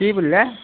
কি বুলিলে